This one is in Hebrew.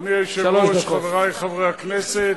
אדוני היושב-ראש, חברי חברי הכנסת,